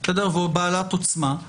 ובעלת עוצמה.